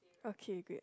okay good